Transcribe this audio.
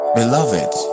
beloved